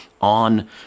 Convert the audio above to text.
on